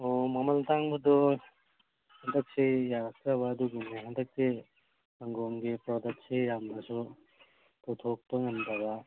ꯑꯣ ꯃꯃꯜ ꯇꯥꯡꯕꯗꯨ ꯍꯟꯗꯛꯁꯤ ꯌꯥꯔꯛꯇꯕ ꯑꯗꯨꯒꯤꯅꯦ ꯍꯟꯗꯛꯁꯦ ꯁꯪꯒꯣꯝꯒꯤ ꯄ꯭ꯔꯗꯛꯁꯦ ꯌꯥꯝꯅꯁꯨ ꯄꯨꯊꯣꯛꯄ ꯉꯝꯗꯕ